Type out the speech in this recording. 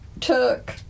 took